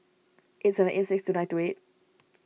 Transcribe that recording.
eight seven eight six two nine two eight